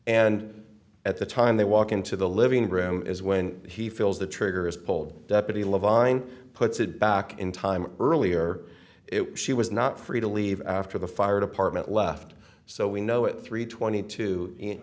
and at the time they walk into the living room is when he feels the trigger is pulled deputy levein puts it back in time earlier she was not free to leave after the fire department left so we know at three twenty two